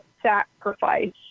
sacrifice